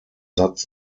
satz